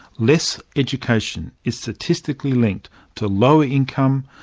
less education is statistically linked to lower income,